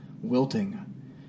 wilting